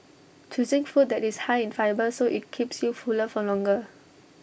choosing food that is high in fibre so IT keeps you fuller for longer